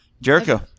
Jericho